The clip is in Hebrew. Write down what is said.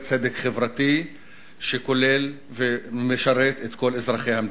צדק חברתי שכולל ומשרת את כל אזרחי המדינה.